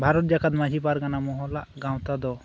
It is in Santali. ᱵᱷᱟᱨᱚᱛ ᱡᱟᱠᱟᱛ ᱢᱟᱹᱡᱷᱤ ᱯᱟᱨᱜᱟᱱᱟ ᱢᱚᱦᱚᱞᱟᱜ ᱜᱟᱶᱛᱟᱫᱚ